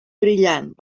brillant